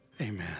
amen